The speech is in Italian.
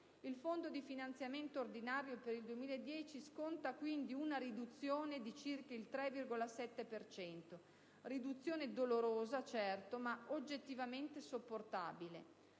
Il Fondo di finanziamento ordinario per il 2010 sconta quindi una riduzione di circa il 3,7 per cento: riduzione dolorosa, certo, ma oggettivamente sopportabile.